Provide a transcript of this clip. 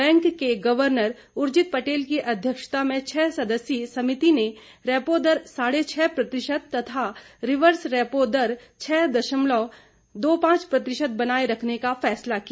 bank के governor Urjit Patel की अध्यक्षता में छह सदस्यीय समिति ने रेपो दर साढे छह प्रतिशत तथा रिवर्स रेपो दर छह दशमलव दो पांच प्रतिशत बनाए रखने का फैसला किया